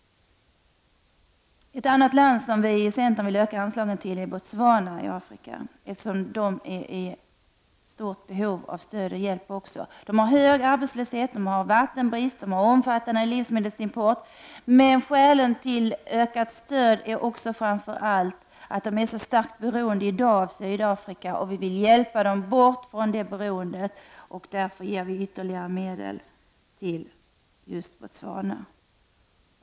Vi i centern vill också öka anslagen till Botswana, som är i behov av stöd och hjälp. Botswana har hög arbetslöshet, vattenbrist och omfattande livsmedelsimport. Men ett skäl till ökat stöd är framför allt att Botswana i dag är så starkt beroende av Sydafrika. Vi vill hjälpa landet bort från det beroendet, och därför vill vi alltså ge ytterligare medel till Botswana.